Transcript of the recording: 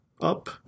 up